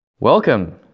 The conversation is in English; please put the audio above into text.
Welcome